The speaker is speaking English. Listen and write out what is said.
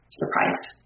surprised